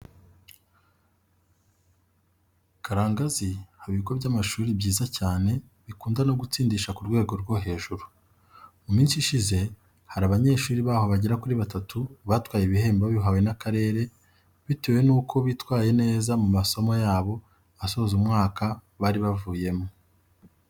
Karangazi haba ibigo by'amashuri byiza cyane bikunda no gutsindisha ku rwego rwo hejuru. Mu minsi ishize hari abanyeshuri baho bagera kuri batatu batwaye ibihembo, babihawe n'akarere bitewe nuko bitwaye neza mu masomo yabo asoza umwaka bari bavuyemo.